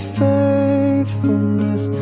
faithfulness